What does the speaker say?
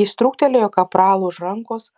jis trūktelėjo kapralą už rankos